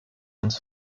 uns